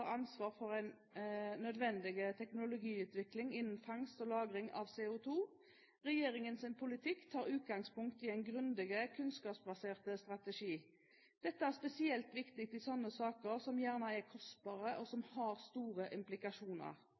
ansvar for en nødvendig teknologiutvikling innenfor fangst og lagring av CO2. Regjeringens politikk tar utgangspunkt i en grundig, kunnskapsbasert strategi. Dette er spesielt viktig i slike saker, som gjerne er kostbare, og har store implikasjoner.